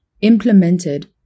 implemented